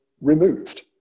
removed